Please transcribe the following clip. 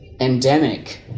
endemic